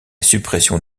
suppression